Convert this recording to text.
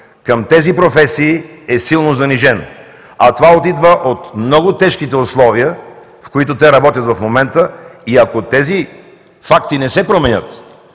към тези професии е силно занижен. А това идва от много тежките условия, в които те работят в момента и ако тези факти не се променят,